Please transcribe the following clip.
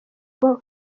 bwo